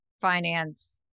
finance